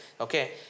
okay